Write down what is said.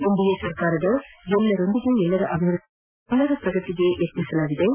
NDA ಸರ್ಕಾರದ ಎಲ್ಲರೊಂದಿಗೆ ಎಲ್ಲರ ಅಭಿವೃದ್ದಿ ಯೋಜನೆಯಡಿ ಎಲ್ಲರ ಪ್ರಗತಿಗೆ ಯತ್ನಿಸಲಾಗಿದ್ದು